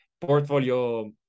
portfolio